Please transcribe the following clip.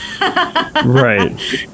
Right